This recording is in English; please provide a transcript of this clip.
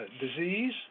disease